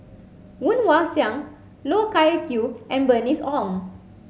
Woon Wah Siang Loh Wai Kiew and Bernice Ong